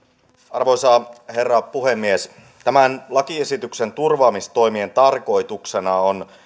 arvoisa herra puhemies tämän lakiesityksen turvaamistoimien tarkoituksena on